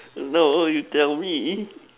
no you tell me